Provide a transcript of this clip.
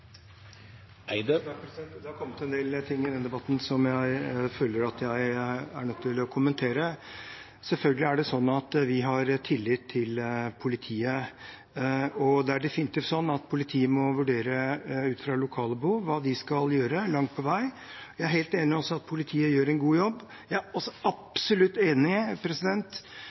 Det har kommet en del ting i denne debatten som jeg føler at jeg er nødt til å kommentere. Selvfølgelig er det sånn at vi har tillit til politiet. Det er definitivt sånn at politiet langt på vei må vurdere ut fra lokale behov hva de skal gjøre. Jeg er helt enig i at politiet gjør en god jobb. Jeg er også absolutt enig